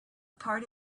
part